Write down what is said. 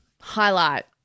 Highlight